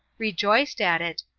rejoiced at it,